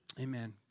Amen